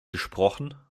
gesprochen